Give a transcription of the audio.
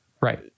right